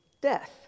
death